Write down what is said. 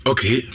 Okay